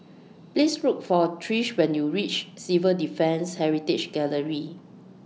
Please Look For Trish when YOU REACH Civil Defence Heritage Gallery